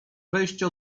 wejście